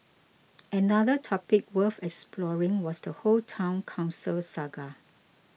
another topic worth exploring was the whole Town Council saga